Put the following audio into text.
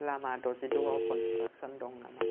लामा द'जिद'आव कनस्ट्राक्सन दं नामा